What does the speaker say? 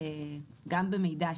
גם במידע,